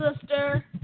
sister